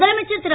முதலமைச்சர் திரு